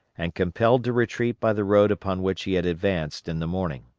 and compelled to retreat by the road upon which he had advanced in the morning.